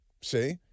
see